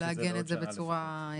ולעגן את זה בצורה מסודרת.